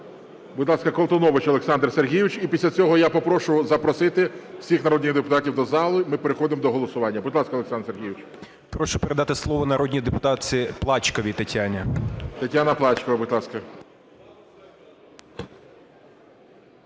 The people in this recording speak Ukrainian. Будь ласка, Колтунович Олександр Сергійович, і після цього я попрошу запросити всіх народних депутатів до зали, ми переходимо до голосування. Будь ласка, Олександр Сергійович. 13:34:26 КОЛТУНОВИЧ О.С. Прошу передати слово народній депутатці Плачковій Тетяні. ГОЛОВУЮЧИЙ. Тетяна Плачкова, будь ласка.